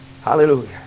Hallelujah